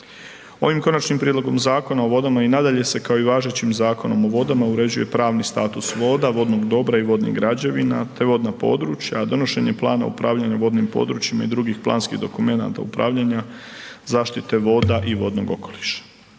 Ovim Konačnim prijedlogom Zakona o vodama i nadalje se kao i važećim Zakonom o vodama uređuje pravni status voda, vodnog dobra i vodnih građevina te vodna područja, a donošenje plana upravljanja vodnim područjima i drugih planskih dokumenata upravljanja zaštite voda i vodnog okoliša.